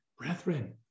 Brethren